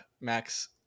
Max